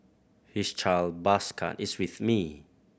his child bus card is with me